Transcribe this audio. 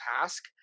task